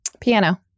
Piano